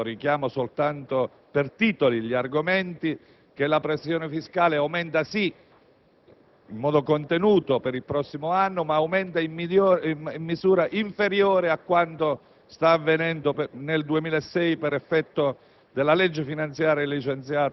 e lo abbiamo fatto sostenendo - richiamo soltanto per titoli gli argomenti - che è vero che la pressione fiscale aumenta ma in modo contenuto per il prossimo anno, e inoltre aumenta in misura inferiore a quanto sta avvenendo nel corso del 2006 per effetto